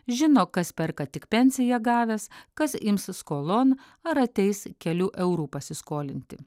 žino kas perka tik pensiją gavęs kas imsis skolon ar ateis kelių eurų pasiskolinti